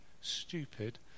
stupid